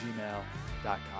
gmail.com